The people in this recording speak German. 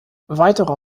weitere